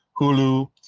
Hulu